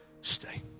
stay